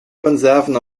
konserven